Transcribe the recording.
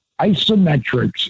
isometrics